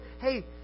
Hey